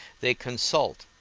they consult,